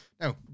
no